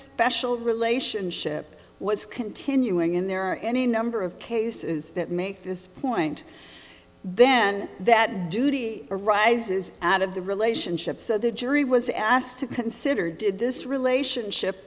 a relationship was continuing in there are any number of cases that make this point then that duty arises out of the relationship so the jury was asked to consider did this relationship